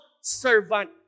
servant